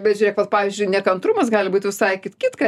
bet žiūrėk vat pavyzdžiui nekantrumas gali būt visai kitką